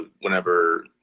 whenever